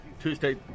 Tuesday